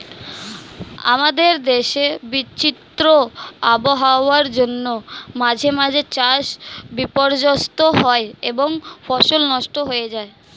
আমাদের দেশে বিচিত্র আবহাওয়ার জন্য মাঝে মাঝে চাষ বিপর্যস্ত হয় এবং ফসল নষ্ট হয়ে যায়